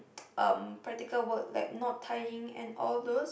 um practical work like not tying and all those